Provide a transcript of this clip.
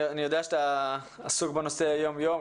אני יודע שאתה עסוק בנושא יום יום.